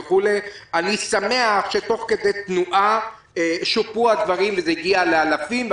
אני שמח שתוך כדי תנועה שופרו הדברים וזה הגיע לאלפים,